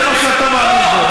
זה מה שאתה מאמין בו.